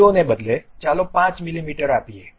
0 ને બદલે ચાલો 5 મીમી આપીએ